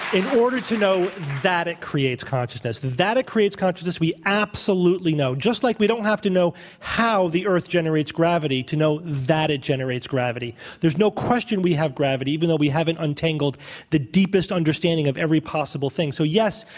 in order to know that it creates consciousness. that it creates consciousness, we absolutely know, just like we don't have to know how the earth generates gravity to know that it generates gravity. there's no question we have gravity even though we haven't untangled the deepest understanding of every possible thing. so yes,